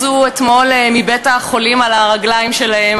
ששניהם יצאו אתמול מבית-החולים על הרגליים שלהם.